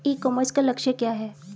ई commerce का लक्ष्य क्या है?